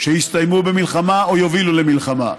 שיסתיימו במלחמה או יובילו למלחמה.